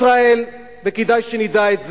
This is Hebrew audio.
ישראל, וכדאי שנדע את זה,